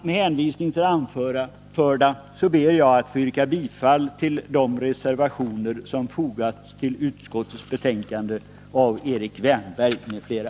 Med hänvisning till det anförda ber jag att få yrka bifall till de reservationer som fogats till skatteutskottets betänkande av Erik Wärnberg m.fl.